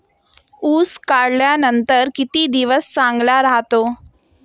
ऊस काढल्यानंतर किती दिवस चांगला राहतो?